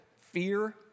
fear